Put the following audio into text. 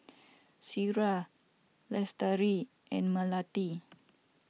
Syirah Lestari and Melati